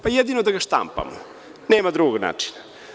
Pa jedino da ga štampamo, nema drugog načina.